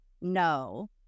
No